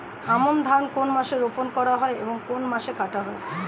আমন ধান কোন মাসে রোপণ করা হয় এবং কোন মাসে কাটা হয়?